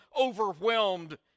overwhelmed